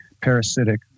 parasitic